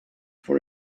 for